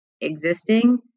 existing